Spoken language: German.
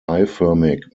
eiförmig